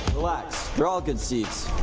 relax, they're all good seats.